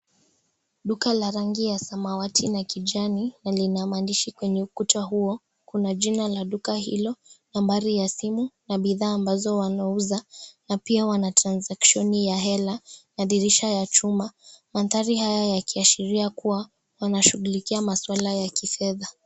Duka la rangi ya samawati na kijani, na lina maandishi kwenye ukuta huo, kuna jina la duka hilo, nambari ya simu na bidhaa ambazo wanauza na pia wana (cs) trazakshoni (cs) ya hela, na dirisha ya chuma maadhari haya yakiashirika kuwa wanashughulikia masuala ya kifedha.